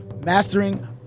Mastering